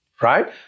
right